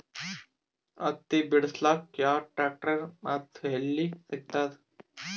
ಹತ್ತಿ ಬಿಡಸಕ್ ಯಾವ ಟ್ರ್ಯಾಕ್ಟರ್ ಮತ್ತು ಎಲ್ಲಿ ಸಿಗತದ?